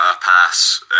pass